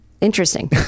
Interesting